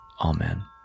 Amen